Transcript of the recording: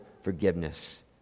forgiveness